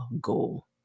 goal